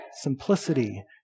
simplicity